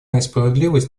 несправедливость